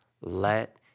Let